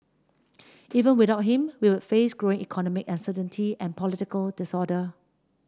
even without him we would face growing economic uncertainty and political disorder